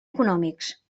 econòmics